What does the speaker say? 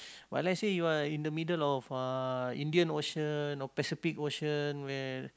but let say you are in the middle of uh Indian Ocean or Pacific Ocean where